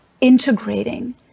integrating